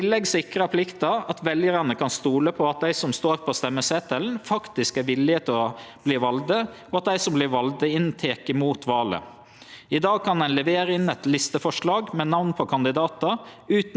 I dag kan ein levere eit listeforslag med namn på kandidatar utan at ein har spurt eller informert vedkommande. Ved kvart val er det personar som opplever at dei vert sette opp på eit listeforslag mot si vilje.